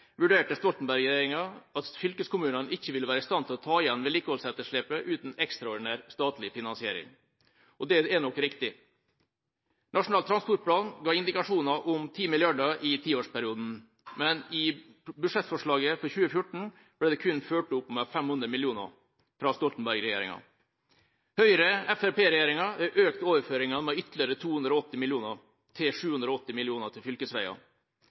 vurderte Stoltenberg-regjeringa det slik at fylkeskommunene ikke ville være i stand til å ta igjen vedlikeholdsetterslepet uten ekstraordinær statlig finansiering. Det er nok riktig. Nasjonal transportplan ga indikasjoner om 10 mrd. kr i tiårsperioden, men i budsjettforslaget for 2014 ble det kun fulgt opp av Stoltenberg-regjeringa med 500 mill. kr. Høyre–Fremskrittsparti-regjeringa har økt overføringene med ytterligere 280 mill. kr, til 780 mill. kr, til